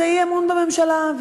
זה אי-אמון בממשלה,